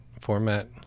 format